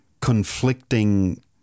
conflicting